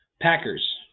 Packers